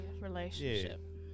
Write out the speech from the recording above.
relationship